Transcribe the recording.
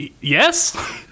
Yes